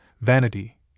vanity